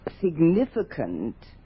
significant